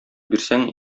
бирсәң